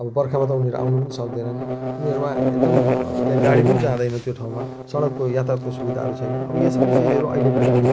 अब बर्खामा त उनीहरू आउनु पनि सक्दैनन् उनीहरूमा एकदम त्यहाँ गाडी पनि जादैन त्यो ठाउँमा सडकको यातायातको सुविधाहरू छैन अब यो सबै चिजहरू अहिले पनि